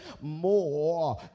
more